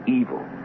evil